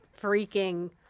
freaking